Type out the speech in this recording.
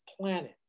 planet